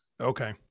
Okay